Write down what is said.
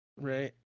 right